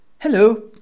Hello